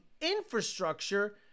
infrastructure